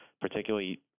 particularly